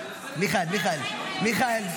מיכאל,